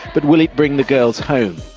but will it bring the girls home?